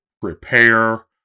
prepare